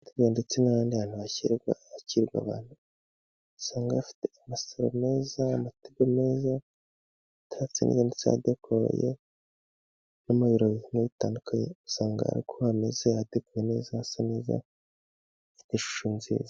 Ametete ndetse n'ahandi hantu hashyirwa, hakirwa abantu usanga bafite amasaro meza n'amatekmbo meza hatatse yanditsede coye n'amaro nkitandukanye usanga ko hamezeze hateguye neza asa neza ishusho nziza.